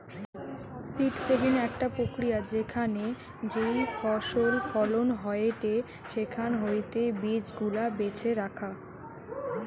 seed saving একটা প্রক্রিয়া যেখানে যেই ফসল ফলন হয়েটে সেখান হইতে বীজ গুলা বেছে রাখা